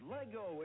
Lego